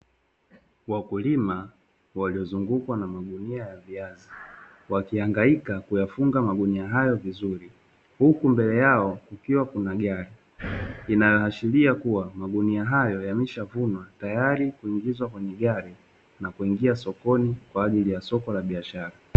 Wakulima waliozungukwa na magunia ya viazi, wakiangaika kuyafunga magunia hayo vizuri, huku mbele yao ikiwa kuna gari, inaashiria kuwa magunia hayo yameshavunwa tayari kuingizwa kwenye gari na kuingia sokoni kwa ajili ya soko la biashara.